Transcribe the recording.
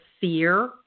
fear